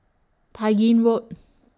Tai Gin Road